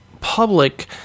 public